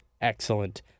excellent